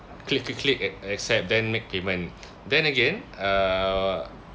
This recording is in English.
click click click ac~ accept then make payment then again err